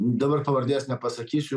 dabar pavardės nepasakysiu